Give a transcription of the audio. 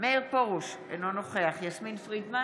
מאיר פרוש, אינו נוכח יסמין פרידמן,